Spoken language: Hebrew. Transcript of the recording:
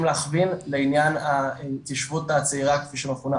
להכווין לעניין ההתיישבות הצעירה כפי שמכונה.